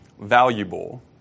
valuable